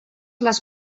les